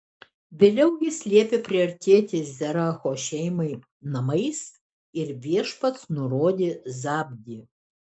vėliau jis liepė priartėti zeracho šeimai namais ir viešpats nurodė zabdį